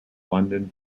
london